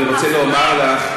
אני רוצה לומר לך,